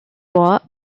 wore